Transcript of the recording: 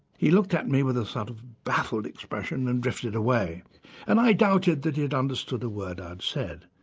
he looked at me with a sort of baffled expression and drifted away and i doubted that he'd understood a word i'd said.